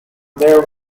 there